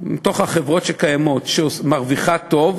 מתוך החברות שקיימות שמרוויחה טוב,